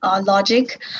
logic